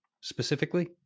specifically